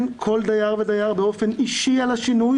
כל דייר ודייר באופן אישי על השינוי,